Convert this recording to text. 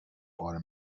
بار